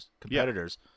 competitors